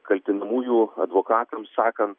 kaltinamųjų advokatams sakant